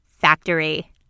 factory